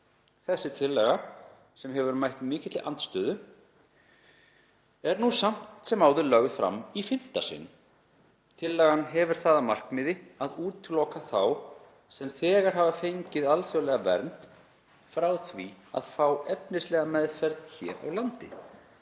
Þessi tillaga, sem hefur mætt mikilli andstöðu, er nú samt sem áður lögð fram í fimmta sinn. Tillagan hefur það að markmiði að útiloka þá sem þegar hafa fengið alþjóðlega vernd frá því að fá efnislega meðferð hér á landi,